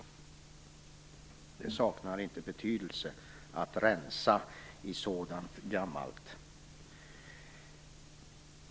Det saknar inte betydelse att rensa i sådant gammalt.